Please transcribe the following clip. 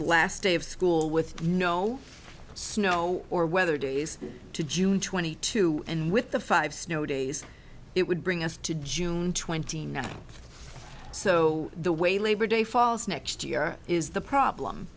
last day of school with no snow or weather days to june twenty two and with the five snow days it would bring us to june twenty ninth so the way labor day falls next year is the problem